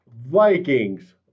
Vikings